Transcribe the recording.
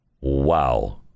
Wow